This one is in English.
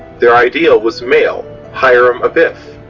their ideal was male, hiram abiff,